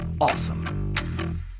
awesome